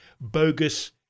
bogus